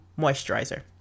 Moisturizer